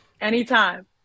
Anytime